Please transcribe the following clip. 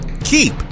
Keep